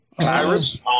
Tyrus